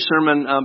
sermon